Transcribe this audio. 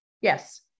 yes